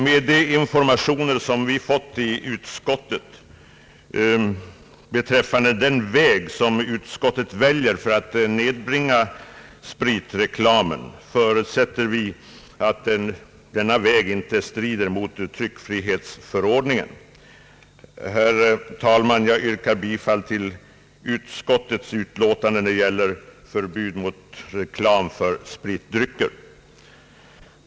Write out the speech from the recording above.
Med de informationer som vi har fått i utskottet beträffande den väg som utskottet väljer för att nedbringa spritreklamen förutsätter vi att denna metod inte strider mot tryckfrihetsförordningen. Herr talman! Jag yrkar bifall till utskottets betänkande när det gäller förbud mot reklam för spritdrycker.